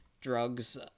drugs